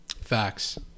facts